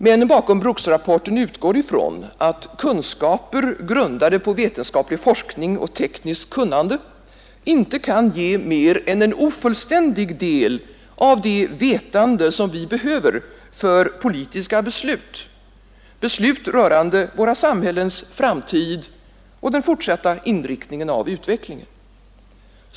Männen bakom Brooksrapporten utgår ifrån att kunskaper grundade på vetenskaplig forskning och tekniskt kunnande inte kan ge mer än en ofullständig del av det vetande som vi behöver för politiska beslut rörande våra samhällens framtid och den fortsatta inriktningen av utvecklingen.